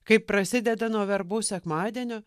kaip prasideda nuo verbų sekmadienio